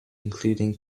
includes